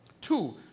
Two